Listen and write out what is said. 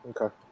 Okay